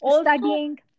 studying